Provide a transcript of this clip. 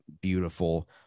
beautiful